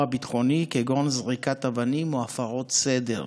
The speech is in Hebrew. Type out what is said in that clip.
ביטחוני כגון זריקת אבנים או הפרות סדר.